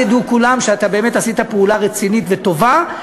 ואז ידעו כולם שאתה באמת עשית פעולה רצינית וטובה,